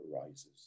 arises